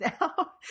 now